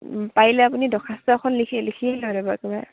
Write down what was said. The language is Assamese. পাৰিলে আপুনি দৰ্খাস্ত এখন লিখি লিখি লৈ ল'ব একেবাৰে